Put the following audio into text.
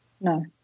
no